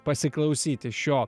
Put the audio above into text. pasiklausyti šio